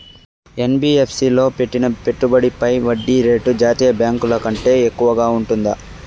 NBFC లో పెట్టిన పెట్టుబడి పై వడ్డీ రేటు జాతీయ బ్యాంకు ల కంటే ఎక్కువగా ఉంటుందా?